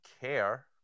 care